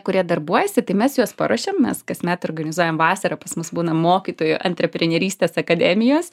kurie darbuojasi tai mes juos paruošiam mes kasmet organizuojam vasarą pas mus būna mokytojų antreprenerystės akademijos